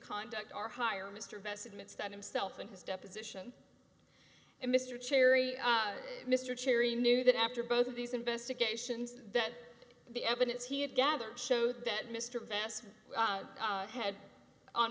conduct are higher mr vest admits that himself and his deposition and mr cherry mr cherry knew that after both of these investigations that the evidence he had gathered showed that mr vast had on